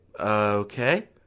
Okay